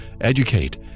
educate